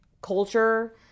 culture